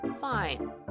fine